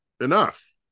enough